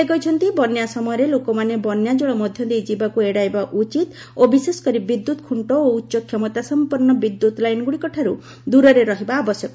ସେ କହିଛନ୍ତି ବନ୍ୟା ସମୟରେ ଲୋକମାନେ ବନ୍ୟାକଳ ମଧ୍ୟ ଦେଇ ଯିବାକୁ ଏଡ଼ାଇବା ଉଚିତ ଓ ବିଶେଷକରି ବିଦ୍ୟୁତଖୁଣ୍ଟ ଓ ଉଚ୍ଚକ୍ଷମତାସଂପନ୍ନ ବିଦ୍ୟୁତ ଲାଇନଗୁଡ଼ିକଠାରୁ ଦୂରରେ ରହିବା ଆବଶ୍ୟକ